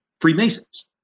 Freemasons